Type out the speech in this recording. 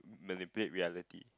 manipulate reality